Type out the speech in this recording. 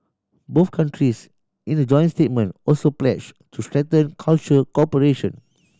both countries in a joint statement also pledged to strengthen cultural cooperation